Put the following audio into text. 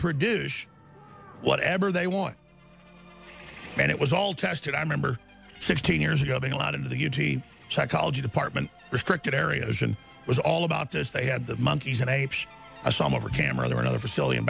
produce whatever they want and it was all tested i remember sixteen years ago being allowed into the u t psychology department restricted areas and it was all about as they had the monkeys and apes a sum over camera or another facility